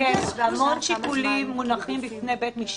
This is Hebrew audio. המון שיקולים מונחים בפני בית משפט.